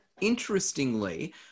interestingly